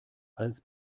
als